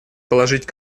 положить